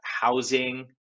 housing